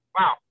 Wow